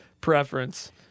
preference